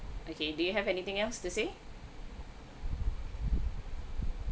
okay do you have anything else to say